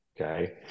Okay